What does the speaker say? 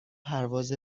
پرواز